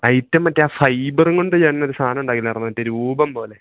item മറ്റെ ആ ഫൈബറും കൊണ്ട് ചേട്ടനൊരു സാധനം ഉണ്ടാക്കിയില്ലായിരുന്നുവോ മറ്റെ രൂപം പോലെ